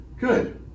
good